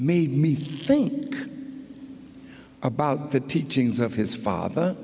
made me think about the teachings of his father